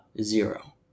Zero